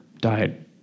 died